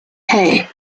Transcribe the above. hey